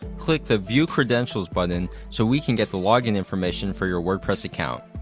click the view credentials button so we can get the login information for your wordpress account.